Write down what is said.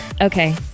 Okay